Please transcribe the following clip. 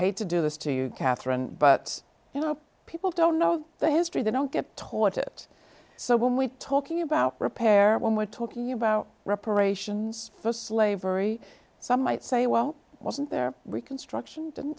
hate to do this to you catherine but you know people don't know the history they don't get taught it so when we talking about repair when we're talking about reparations for slavery some might say well wasn't there reconstruction